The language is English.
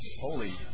Holy